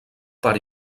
part